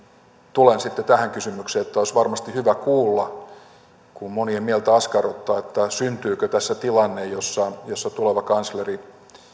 tulen sitten tähän kysymykseen olisi varmasti hyvä kuulla kun monien mieltä se askarruttaa syntyykö tässä tilanne jossa tuleva kansleri